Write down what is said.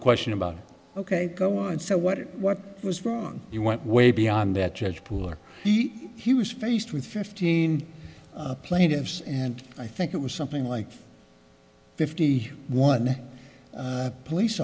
question about ok go on so what what was wrong you went way beyond that judge pooler he was faced with fifteen plaintiffs and i think it was something like fifty one police